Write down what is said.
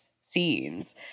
scenes